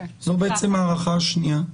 זאת הארכה שנייה.